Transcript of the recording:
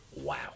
Wow